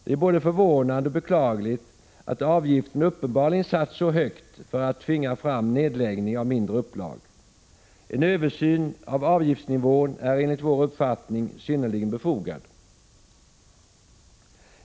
Det är både förvånande och beklagligt att avgiften uppenbarligen satts så högt för att tvinga fram nedläggning av mindre upplag. En översyn av avgiftsnivån är enligt vår uppfattning synnerligen befogad.